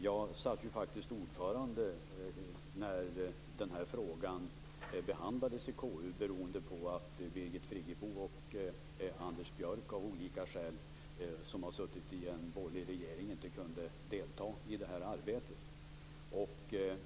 Jag satt faktiskt som ordförande då frågan behandlades i KU beroende på att Birgit Friggebo och Anders Björck, som båda suttit med i en borgerlig regering, av flera skäl inte kunde delta i det här arbetet.